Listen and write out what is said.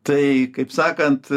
tai kaip sakant